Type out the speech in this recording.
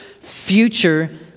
future